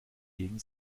hingegen